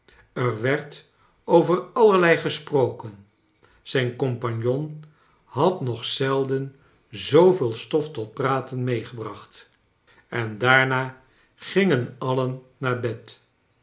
er werd over allerlei gesproken zijn compagnon had nog zelden zooveel stof tot praten meegebracht en daarna gingen alien naar bed